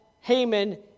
Haman